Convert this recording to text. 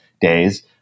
days